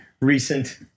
recent